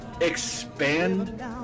expand